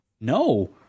no